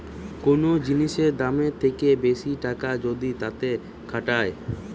কোন জিনিসের দামের থেকে বেশি টাকা যদি তাতে খাটায়